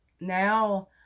Now